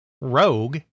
Rogue